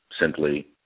simply